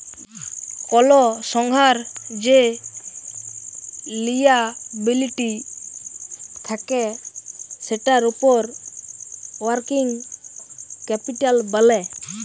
call সংস্থার যে liability থাক্যে সেটার উপর ওয়ার্কিং ক্যাপিটাল ব্যলে